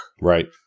Right